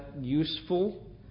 useful